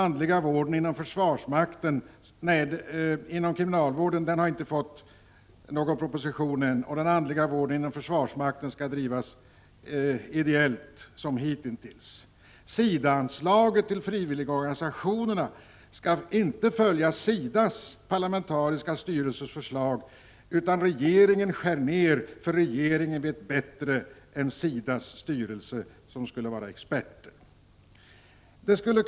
Frågan om den andliga vården inom kriminalvården har ännu inte tagits uppi någon proposition. Den andliga vården inom försvarsmakten skall, som hittills varit fallet, utföras som ett ideellt arbete. När det gäller SIDA-anslaget till frivilligorganisationerna skall inte förslag från SIDA:s parlamentariska sammansatta styrelse följas. I stället gör regeringen nedskärningar, för regeringen vet bättre än SIDA:s styrelsemedlemmar -— trots att dessa skulle vara experter i detta sammanhang.